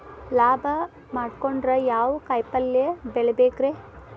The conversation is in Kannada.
ಲಾಭ ಮಾಡಕೊಂಡ್ರ ಯಾವ ಕಾಯಿಪಲ್ಯ ಬೆಳಿಬೇಕ್ರೇ?